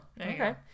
okay